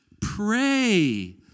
pray